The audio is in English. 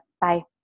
Bye